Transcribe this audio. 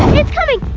it's coming!